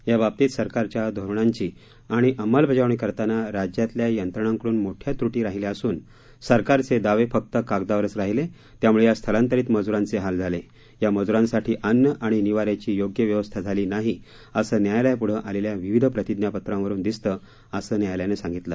याबाबतीत सरकारच्या धोरणांची आणि अंमलबाजावणी करताना राज्यातल्या यंत्रणांकडून मोठ्या त्रुटी राहिल्या असून सरकारचे दावे फक्त कागदावरच राहिले त्यामुळे या स्थलांतरित मजुरांचे हाल झाले या मजुरांसाठी अन्न आणि निवाऱ्याची योग्य व्यवस्था झाली नाही असं न्यायालयापुढं आलेल्या विविध प्रतिज्ञापत्रांवरुन दिसतं असं न्यायालयानं सांगितलं